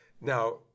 Now